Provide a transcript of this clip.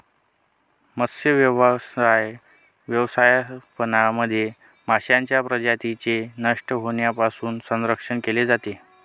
मत्स्यव्यवसाय व्यवस्थापनामध्ये माशांच्या प्रजातींचे नष्ट होण्यापासून संरक्षण केले जाते